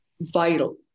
vital